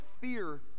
fear